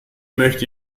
möchte